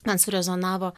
man surezonavo